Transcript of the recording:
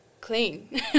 clean